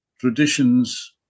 traditions